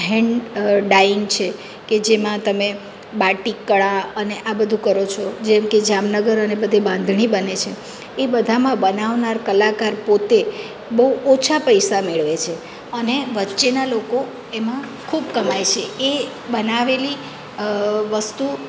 hand dyeing છે કે જેમાં તમે બાટિકળા અને આ બધું કરો છો જેમ કે જામનગર અને બધી બાંધણી બને છે એ બધામાં બનાવનાર કલાકાર પોતે બહુ ઓછા પૈસા મેળવે છે અને વચ્ચેના લોકો એમાં ખૂબ કમાય છે એ બનાવેલી વસ્તુ